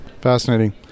Fascinating